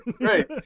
Right